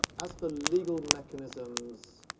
as for legal mechanisms